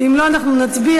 אם לא, אנחנו נצביע.